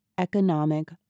Economic